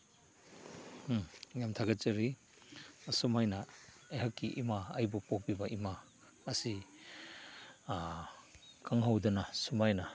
ꯌꯥꯝ ꯊꯥꯒꯠꯆꯔꯤ ꯑꯁꯨꯃꯥꯏꯅ ꯑꯩꯍꯥꯛꯀꯤ ꯏꯃꯥ ꯑꯩꯕꯨ ꯄꯣꯛꯄꯤꯕ ꯏꯃꯥ ꯑꯁꯤ ꯈꯪꯍꯧꯗꯅ ꯁꯨꯃꯥꯏꯅ